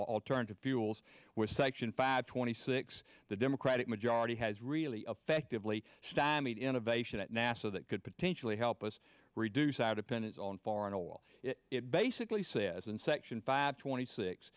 alternative fuels where section five twenty six the democratic majority has really affected really stymied innovation at nasa that could potentially help us reduce our dependence on foreign oil it basically says and section five twenty six